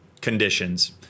Conditions